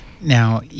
now